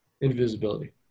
Invisibility